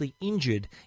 injured